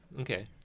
okay